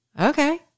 Okay